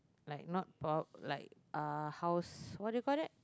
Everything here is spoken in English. like not for like uh house what do you call that